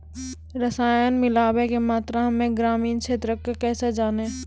रसायन मिलाबै के मात्रा हम्मे ग्रामीण क्षेत्रक कैसे जानै?